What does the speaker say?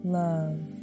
love